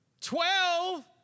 Twelve